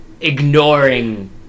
ignoring